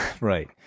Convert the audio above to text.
Right